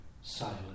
silent